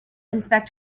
inspect